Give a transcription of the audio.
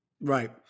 Right